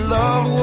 love